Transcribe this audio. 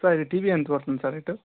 sir ఈ TV ఎంత కి వస్తుంది సార్ రేటు